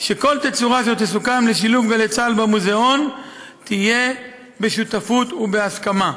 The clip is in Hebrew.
שכל תצורה אשר תסוכם לשילוב גלי צה"ל במוזיאון תהיה בשותפות ובהסכמה.